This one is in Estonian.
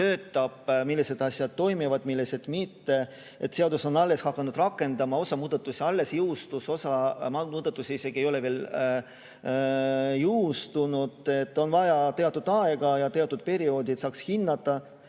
millised asjad toimivad, millised mitte. Seadust on alles hakatud rakendama, osa muudatusi alles jõustus, osa muudatusi ei ole isegi veel jõustunud. Vaja on teatud aega, teatud perioodi, et saaks hinnata,